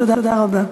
תודה רבה.